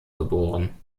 geboren